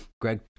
Greg